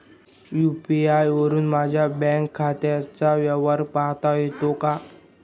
UPI वरुन माझ्या bank खात्याचा व्यवहार पाहता येतो का?